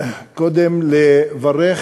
לברך